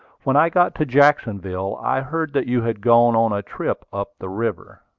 when i got to jacksonville, i heard that you had gone on a trip up the river.